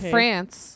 France